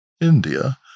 India